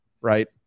right